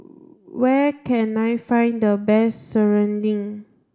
where can I find the best Serunding